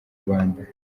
rwanda